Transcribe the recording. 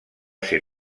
ser